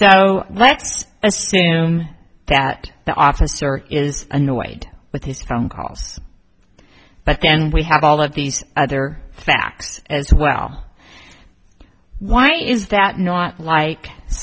so let's assume that the officer is annoyed with his phone calls but then we have all of these other facts as well why is that not like